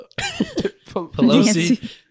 Pelosi